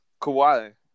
Kawhi